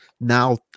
now